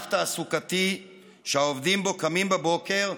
ענף תעסוקתי שהעובדים בו קמים בבוקר,